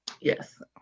yes